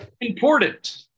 Important